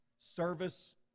service